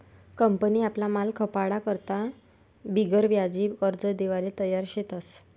company आपला माल खपाडा करता बिगरव्याजी कर्ज देवाले तयार शेतस